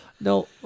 no